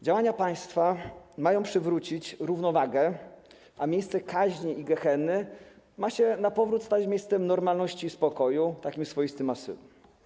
Działania państwa mają przywrócić równowagę, a miejsce kaźni i gehenny na powrót ma się stać miejscem normalności i spokoju, takim swoistym azylem.